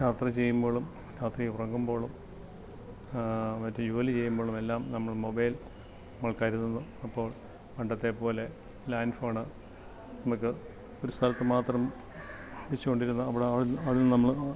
യാത്ര ചെയ്യുമ്പോഴും രാത്രി ഉറങ്ങുമ്പോഴും മറ്റ് ജോലി ചെയ്യുമ്പോഴുമെല്ലാം നമ്മള് മൊബൈൽ നമ്മൾ കരുതുന്നു അപ്പോള് പണ്ടത്തെപ്പോലെ ലാൻഡ് ഫോണ് നമുക്ക് ഒരു സ്ഥലത്ത് മാത്രം വച്ചോണ്ടിരുന്ന് അവിടെ അതിന് നമ്മള്